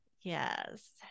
Yes